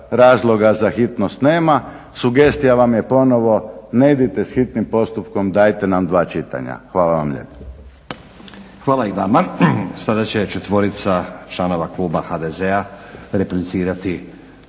razloga za hitnost nema. Sugestija vam je ponovo ne idite s hitnim postupkom. Dajte nam dva čitanja. Hvala vam lijepa. **Stazić, Nenad (SDP)** Hvala i vama. Sada će četvorica članova kluba HDZ-a replicirati